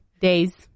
days